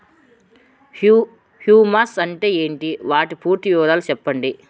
Humus అంటే ఏంటి? వాటి పూర్తి వివరాలు సెప్పండి?